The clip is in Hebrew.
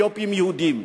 אתיופים יהודים,